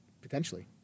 Potentially